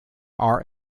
are